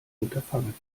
unterfangen